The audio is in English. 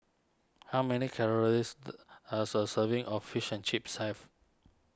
how many calories a so serving of Fishing Chips have